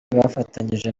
bafatanyije